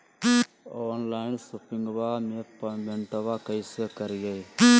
Online शोपिंगबा में पेमेंटबा कैसे करिए?